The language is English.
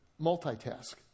multitask